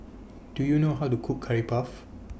Do YOU know How to Cook Curry Puff